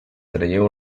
traieu